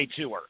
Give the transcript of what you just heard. Tour